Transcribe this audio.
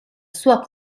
sua